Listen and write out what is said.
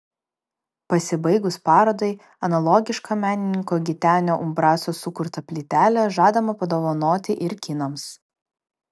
pasibaigus parodai analogišką menininko gitenio umbraso sukurtą plytelę žadama padovanoti ir kinams